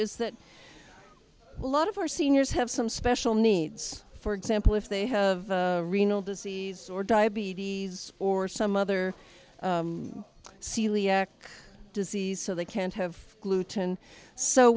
is that a lot of our seniors have some special needs for example if they have renal disease or diabetes or some other celiac disease so they can't have gluten so